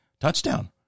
touchdown